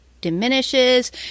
diminishes